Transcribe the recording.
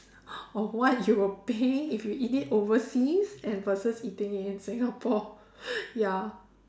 of what you would pay if you eat it overseas and versus eating it in Singapore ya